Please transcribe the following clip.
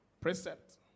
precept